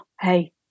Hey